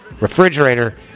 refrigerator